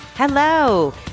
Hello